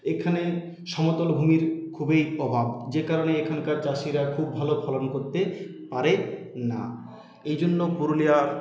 এখানে সমতল ভূমির খুবই অভাব যে কারণে এখানকার চাষিরা খুব ভালো ফলন করতে পারে না এই জন্য পুরুলিয়া